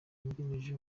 wungirije